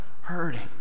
hurting